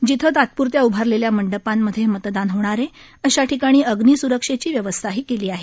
जिथं तात्प्रत्या उभारलेल्या मंडपांमध्ये मतदान होणार आहे अशा ठिकाणी अग्निस्रक्षेची व्यवस्थाही केली आहे